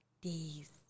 days